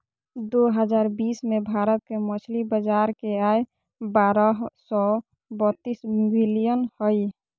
दो हजार बीस में भारत के मछली बाजार के आय बारह सो बतीस बिलियन हइ